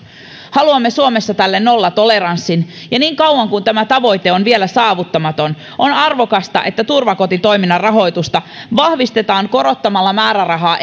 haluamme tälle suomessa nollatoleranssin ja niin kauan kuin tämä tavoite on saavuttamaton on arvokasta että turvakotitoiminnan rahoitusta vahvistetaan korottamalla määrärahaa